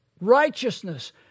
righteousness